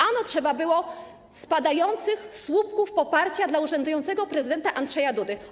Ano trzeba było spadających słupków poparcia dla urzędującego prezydenta Andrzeja Dudy.